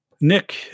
Nick